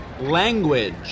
language